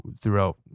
throughout